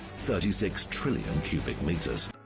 thirty six trillion cubic meters.